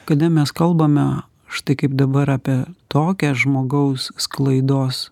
kada mes kalbame štai kaip dabar apie tokią žmogaus sklaidos